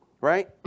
Right